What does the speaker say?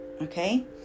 okay